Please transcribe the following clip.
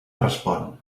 respon